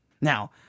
Now